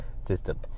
system